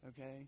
Okay